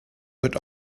wird